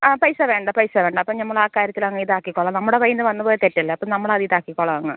ആ പൈസ വേണ്ട പൈസ വേണ്ട അപ്പം നമ്മൾ ആ കാര്യത്തിൽ അങ്ങ് ഇതാക്കിക്കൊള്ളാം നമ്മുടെ കയ്യിൽ നിന്ന് വന്ന് പോയ തെറ്റല്ലേ അപ്പം നമ്മൾ ഇതാക്കിക്കൊള്ളാം അങ്ങ്